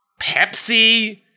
Pepsi